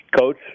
coach